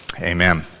Amen